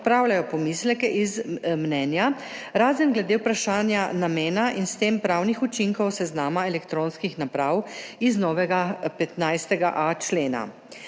odpravljajo pomisleke iz mnenja, razen glede vprašanja namena in s tem pravnih učinkov seznama elektronskih naprav iz novega 15.a člena.